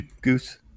Goose